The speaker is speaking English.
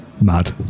mad